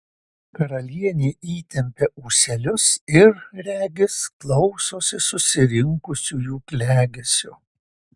karalienė įtempia ūselius ir regis klausosi susirinkusiųjų klegesio